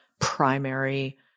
primary